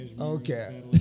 Okay